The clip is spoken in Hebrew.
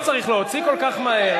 לא צריך להוציא כל כך מהר.